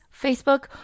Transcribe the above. Facebook